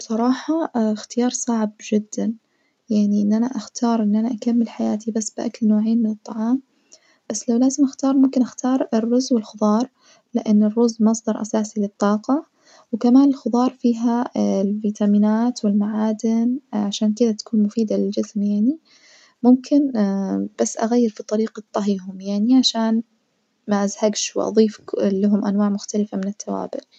بصراحة اختيار صعب جدًا، يعني إن أنا أختار إن أنا أكمل حياتي بس باكل نوعين من الطعام بس لو لازم أختار ممكن أختار الرز والخظار، لإن الرز مصدر أساسي للطاقة وكمان الخظار فيها الفيتامينات والمعادن عشان كدة تكون مفيدة للجسم يعني، ممكن بس أغير في طريقة طهيهم يعني عشان مزهجش وأضيف ك- لهم أنواع مختلفة من التوابل.